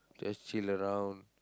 just chill around